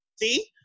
See